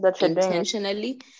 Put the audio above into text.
intentionally